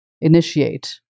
initiate